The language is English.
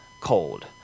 cold